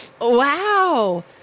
Wow